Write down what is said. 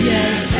Yes